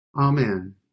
Amen